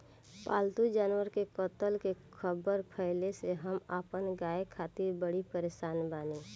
पाल्तु जानवर के कत्ल के ख़बर फैले से हम अपना गाय खातिर बड़ी परेशान बानी